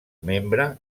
membre